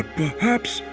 perhaps,